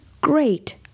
great